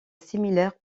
similaire